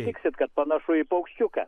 sutiksit kad panašu į paukščiuką